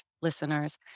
listeners